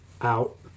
out